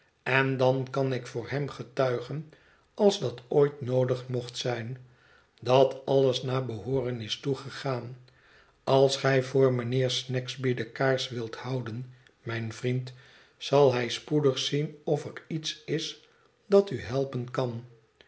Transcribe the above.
en dan kan ik voor hem getuigen als dat ooit noodig mocht zijn dat alles naar behooren is toegegaan als gij voor mijnheer snagsby de kaars wilt houden mijn vriend zal hij spoedig zien of er iets is dat u helpen kan